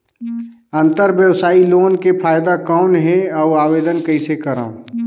अंतरव्यवसायी लोन के फाइदा कौन हे? अउ आवेदन कइसे करव?